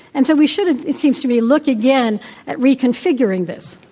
and so we should, it seems to me, look again at reconfiguring this.